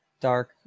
dark